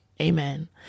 Amen